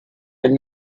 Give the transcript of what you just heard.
and